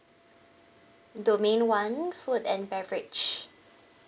domain one food and beverage